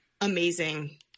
amazing